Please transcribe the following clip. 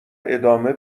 ادامه